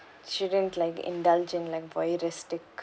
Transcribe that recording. shouldn't like indulge in like voyeuristic